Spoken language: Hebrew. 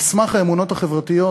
על סמך האמונות החברתיות